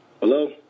Hello